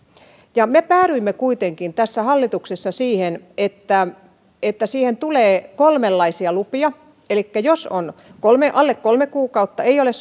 me päädyimme kuitenkin tässä hallituksessa siihen että että siihen tulee kolmenlaisia lupia elikkä jos on alle kolme kuukautta ei ole